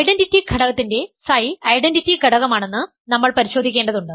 identity ഘടകത്തിന്റെ Ψ identity ഘടകമാണെന്ന് നമ്മൾ പരിശോധിക്കേണ്ടതുണ്ട്